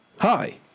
Hi